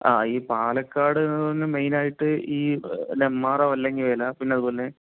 ആ ഈ പാലക്കാടെന്നു മെയിനായിട്ട് ഈ നെന്മാറ വല്ലങ്ങി വേല പിന്നെയതുപോലെതന്നെ